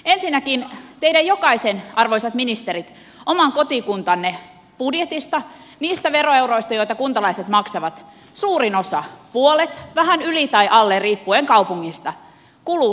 ensinnäkin teidän jokaisen arvoisat ministerit oman kotikuntanne budjetista niistä veroeuroista joita kuntalaiset maksavat suurin osa puolet vähän yli tai alle riippuen kaupungista kuluu sosiaali ja terveyspalveluihin